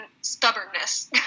stubbornness